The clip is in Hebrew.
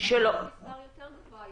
שלא --- זה מספר יותר גבוה.